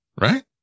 Right